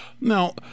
Now